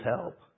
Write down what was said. help